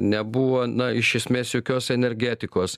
nebuvo na iš esmės jokios energetikos